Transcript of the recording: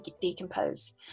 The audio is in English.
decompose